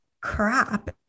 crap